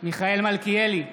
מיכאל מלכיאלי,